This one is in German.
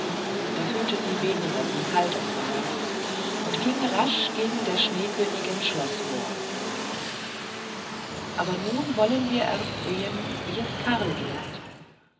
da fühlte sie weniger wie kalt es war und ging rasch gegen der schneekönigin schloß vor aber nun wollen wir erst sehen wie es karl geht